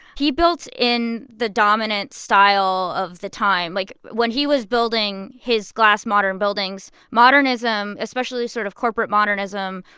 he built in the dominant style of the time. like, when he was building his glass modern buildings, modernism, especially sort of corporate modernism,